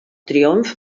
triomf